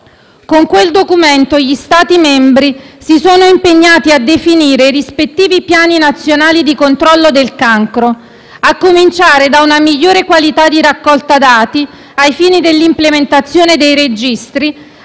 Con quel documento gli Stati membri si sono impegnati a definire i rispettivi piani nazionali di controllo del cancro, a cominciare da una migliore qualità di raccolta dati ai fini dell'implementazione dei registri,